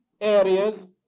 areas